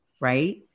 right